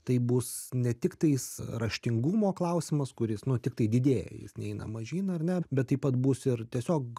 tai bus ne tiktais raštingumo klausimas kuris nu tiktai didėja jis neina mažyn ar ne bet taip pat bus ir tiesiog